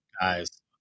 guys